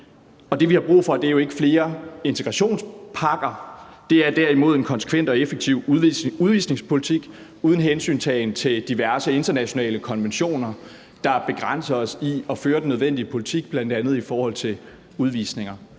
Det, vi har brug for, er jo ikke flere integrationspakker; det er derimod en konsekvent og effektiv udvisningspolitik uden hensyntagen til diverse internationale konventioner, der begrænser os i at føre den nødvendige politik, bl.a. i forhold til udvisninger.